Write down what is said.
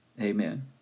Amen